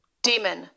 Demon